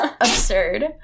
absurd